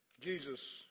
Jesus